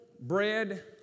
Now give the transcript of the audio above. bread